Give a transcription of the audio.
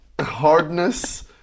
hardness